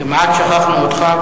כמעט שכחנו אותך,